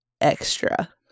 extra